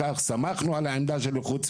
סמכנו על העמדה של איכות סביבה,